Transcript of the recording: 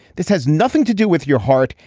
this has nothing to do with your heart.